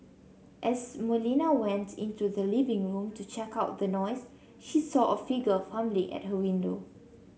as Molina went into the living room to check out the noise she saw a figure fumbling at her window